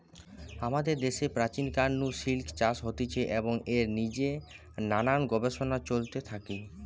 আমাদের দ্যাশে প্রাচীন কাল নু সিল্ক চাষ হতিছে এবং এর জিনে নানান গবেষণা চলতে থাকি